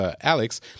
Alex